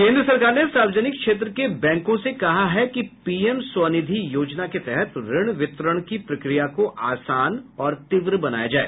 केन्द्र सरकार ने सार्वजनिक क्षेत्र के बैंकों से कहा है कि पीएम स्वनिधि योजना के तहत ऋण वितरण की प्रक्रिया को आसान और तीव्र बनाया जाए